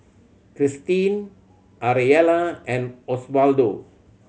Kristine Ariella and Oswaldo